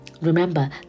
Remember